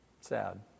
Sad